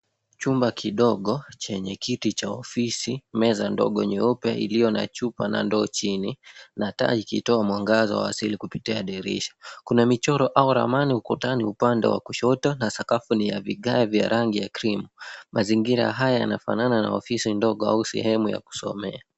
Chumba kidogo chenye kiti cha ofisi, meza ndogo nyeupe iliyo na chupa na ndoo chini, na taa ikitoa mwangaza wa asili kupitia dirisha. Kuna michoro au ramani ukutani upande wa kushoto, na sakafu ni ya vigae vya rangi ya (cs)cream(cs). Mazingira yanafanana na ofisi au sehemu ndogo ya kusomea.